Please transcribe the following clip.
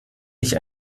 ich